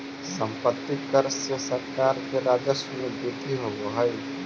सम्पत्ति कर से सरकार के राजस्व में वृद्धि होवऽ हई